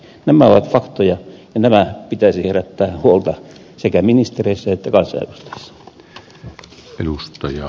nämä ovat faktoja ja näiden pitäisi herättää huolta sekä ministereissä että edustaja